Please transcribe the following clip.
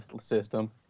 system